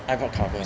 iPod cover